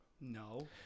No